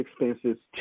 expenses